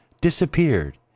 disappeared